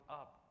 up